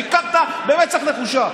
שיקרת במצח נחושה.